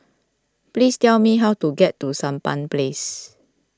please tell me how to get to Sampan Place